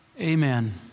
Amen